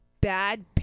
bad